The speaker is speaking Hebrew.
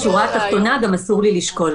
בשורה התחתונה גם אסור לי לשקול,